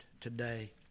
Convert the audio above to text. today